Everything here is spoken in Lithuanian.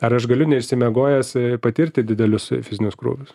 ar aš galiu neišsimiegojęs patirti didelius fizinius krūvius